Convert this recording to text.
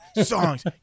songs